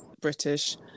British